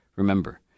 Remember